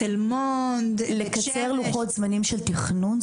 את מתכוונת לקיצור לוחות זמנים של תכנון?